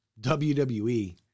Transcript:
WWE